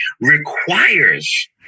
requires